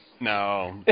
No